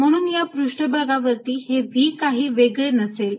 म्हणून या पृष्ठभागावरती हे V काही वेगळे नसेल